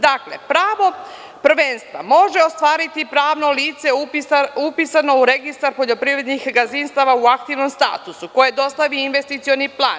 Dakle, pravo prvenstva može ostvariti pravno lice upisano u registar poljoprivrednih gazdinstava u aktivnom statusu koje dostavi investicioni plan.